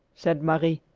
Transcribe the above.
said marie.